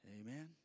Amen